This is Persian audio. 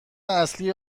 اصلی